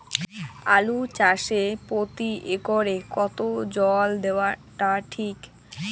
আলু চাষে প্রতি একরে কতো জল দেওয়া টা ঠিক?